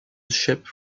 ship